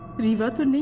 riva! the